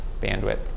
bandwidth